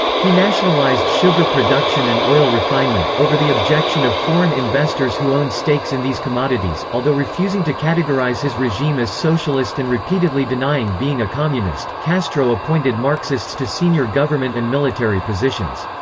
he nationalized sugar production and oil refinement, over the objection of foreign investors who owned stakes in these commodities although refusing to categorize his regime as socialist and repeatedly denying being a communist, castro appointed marxists to senior senior government and military positions.